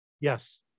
yes